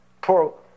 Poor